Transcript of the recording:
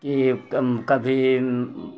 की कम कभी